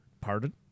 pardon